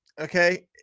okay